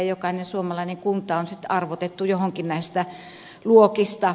jokainen suomalainen kunta on arvotettu johonkin näistä luokista